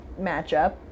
matchup